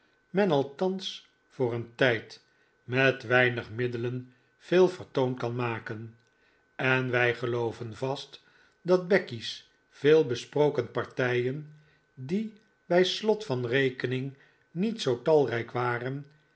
men althans voor een tijd met weinig middelen veel vertoon kan maken en wij gelooven vast dat becky's veelbesproken partijen die bij slot van rekening niet zoo talrijk waren